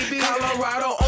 Colorado